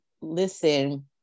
listen